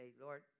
Lord